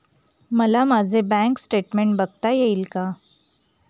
मला माझे bank statement बघता येईल का?